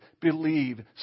believe